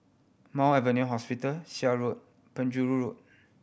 Mount Alvernia Hospital Seah Road Penjuru Road